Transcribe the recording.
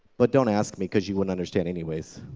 but don't ask me, because you wouldn't understand anyways.